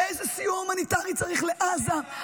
איזה סיוע הומניטרי צריך לעזה,